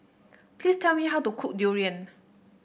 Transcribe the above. please tell me how to cook Durian